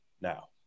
now